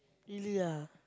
really ah